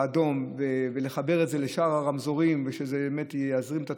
באדום ובחיבור לשאר הרמזורים ושזה באמת יזרים את התנועה.